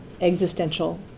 existential